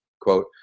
quote